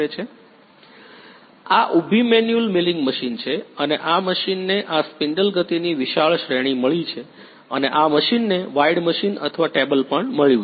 vlcsnap 2019 04 26 23h41m53s194 આ ઊભી manual milling machine છે અને આ મશીનને આ સ્પિન્ડલ ગતિની વિશાળ શ્રેણી મળી છે અને આ મશીનને વાઇડ મશીન અથવા ટેબલ પણ મળ્યું છે